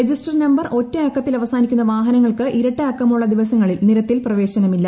register number ഒറ്റ അക്കത്തിൽ അവസാനിക്കുന്ന വാഹനങ്ങൾക്ക് ഇരട്ട അക്കമുള്ള ദിവസങ്ങളിൽ നിരത്തിൽ പ്രവേശനമില്ല